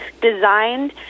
designed